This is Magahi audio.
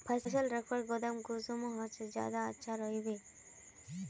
फसल रखवार गोदाम कुंसम होले ज्यादा अच्छा रहिबे?